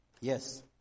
Yes